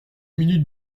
minutes